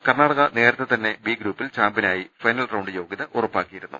കർണാടക നേരത്തെ തന്നെ ബി ഗ്രൂപ്പിൽ ചാമ്പ്യനായി ഫൈനൽ റൌണ്ട് യോഗ്യത ഉറപ്പാക്കിയിരുന്നു